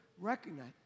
Recognize